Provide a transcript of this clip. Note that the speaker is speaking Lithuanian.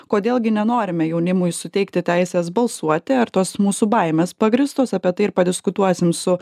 kodėl gi nenorime jaunimui suteikti teisės balsuoti ar tos mūsų baimės pagrįstos apie tai ir padiskutuosim su